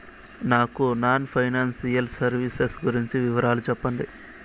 నాకు non financial services గురించి వివరాలు సెప్పండి?